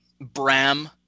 Bram